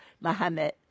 Muhammad